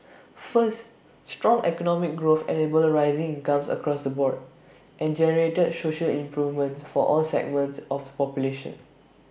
first strong economic growth enabled rising incomes across the board and generated social improvements for all segments of the population